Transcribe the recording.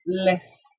less